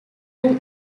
area